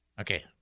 Okay